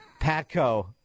Patco